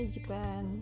Japan